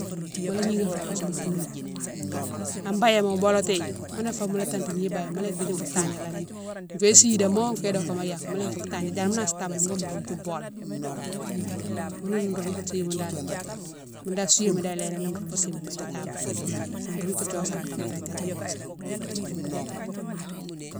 Mola gnini fo kousouma tounou mo, an bayéma mo boulatighi ghounné fan mola tanta gni bayéma mola yike fou tandialé nini, fiyé sidé mo, fiyé dokémo ya mola yike fé tandiala, diani mo nansi tabani boughoune mo roundou bolima. Ghounou roundoutou si moune dane, ghoune dane souwé dane léni moune roundoutou sighoune biti kama, wo roundoutou thiosane kama régui dini ni, wo roundoutou malé.